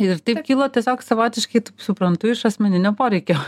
ir taip kilo tiesiog savotiškai taip suprantu iš asmeninio poreikio